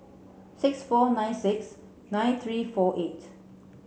six four nine six nine three four eight